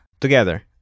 Together